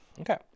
okay